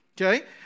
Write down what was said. Okay